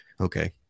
Okay